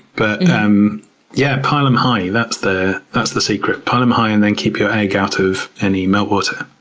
but um yeah, pile them high. that's the that's the secret. pile them high and then keep your egg out of any meltwater.